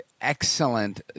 excellent